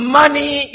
money